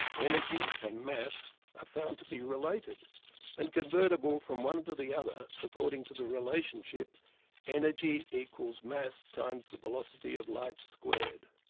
energy and mass are ah found to be related and convertible from one to the other according to the relationship energy equals mass times the velocity of light squared.